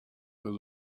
where